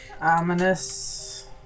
Ominous